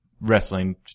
wrestling